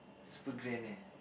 super grand leh